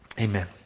Amen